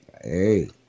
Hey